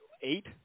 eight